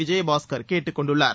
விஜயபாஸ்கர் கேட்டுக் கொண்டுள்ளார்